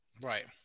Right